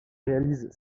réalise